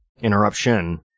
Interruption